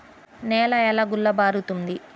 నేల ఎలా గుల్లబారుతుంది?